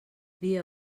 dia